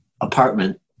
apartment